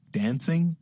dancing